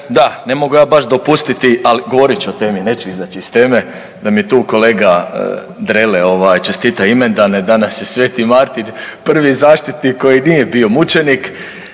da ne mogu ja baš dopustiti, ali govorit ću o temi, neću izaći iz teme da mi tu kolega Drele ovaj čestita imendane, danas je Sveti Martin prvi zaštitnik koji nije bio mučenik,